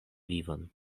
vivon